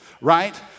right